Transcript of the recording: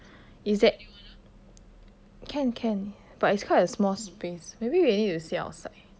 is at can can but it's quite a small space maybe we need to sit outside